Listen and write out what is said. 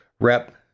Rep